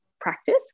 practice